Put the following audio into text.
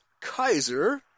Kaiser